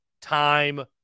time